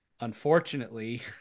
unfortunately